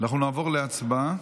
אנחנו נעבור להצבעה.